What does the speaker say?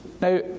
Now